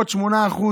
עוד 8%